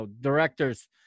directors